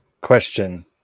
Question